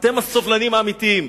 אתם הסובלניים האמיתיים.